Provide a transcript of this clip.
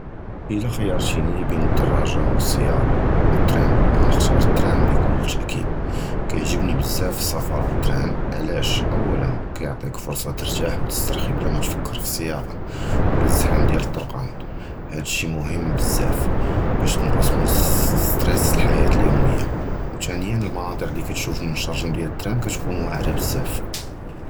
אִלַא חִירְתִינִי בֵּין הַדְּרַאגַ'ה וְהַסִּיָּארָה וְהַתְּרַאן, גַאנְחְתַאר הַתְּרַאן בְּכּוּל תַּאכִיד, קִיְעַגְ'בְנִי בְזַאפ הַסַּפַר בַּתְּרַאן עַלַאש אֻוּלָא קִיְעַטִי פְרְסַה תִּרְתַח וְתִסְתַרְחִי בְלָא מִתְפַכֵּר פִי הַסִיַּאקַה וְלָא הַזְחַאם דִיַּל הַטְּרֻוקַּאן, הַדֶא שִי מְهِם בְזַאפ בַּאש תִּנְקַס מַאלְסֵּס הַסְּטְרַאס דִיַּל הַחַיַאת הַיּוֹמִיָּה, וּתְנְיָאן הַמַּנָאצֵ'ר לִי קִיְשּוּפְהוּם מִן שַרְשַם דִיַּל הַתְּרַאן תְּקוּן וַאֲעִרָה בְזַאפ.